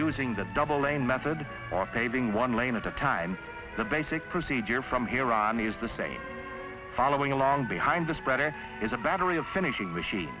using the double lane method or paving one lane at a time the basic procedure from here on is the same following along behind the spreader is a battery of finishing machine